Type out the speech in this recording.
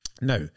Now